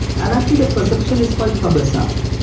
and i think that perception is quite troublesome.